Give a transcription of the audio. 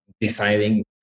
deciding